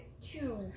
two